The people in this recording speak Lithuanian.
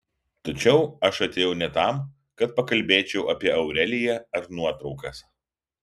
tačiau aš atėjau ne tam kad pakalbėčiau apie aureliją ar nuotraukas